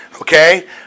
Okay